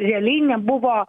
realiai nebuvo